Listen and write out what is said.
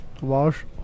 Wash